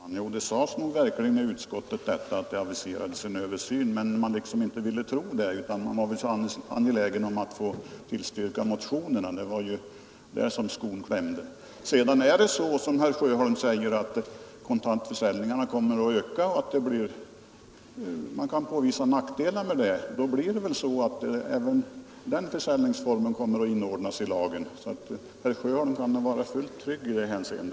Herr talman! Det sades verkligen i utskottet att en översyn aviserats, men reservanterna ville liksom inte tro det utan var angelägna om att få tillstyrka motionerna. Det var där skon klämde. Det är så som herr Sjöholm säger. Ökar kontantförsäljningen och man kan påvisa nackdelar därmed, kommer väl även den försäljningsformen att inordnas i lagen. Herr Sjöholm kan nog vara fullt trygg i detta hänseende.